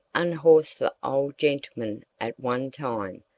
unhorsed the old gentleman at one time,